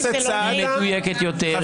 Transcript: היא מדויקת יותר.